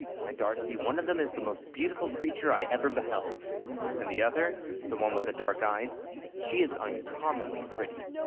why, darcy, one of them is the most beautiful creature i ever beheld and the other the one with the dark eyes she is uncommonly pretty.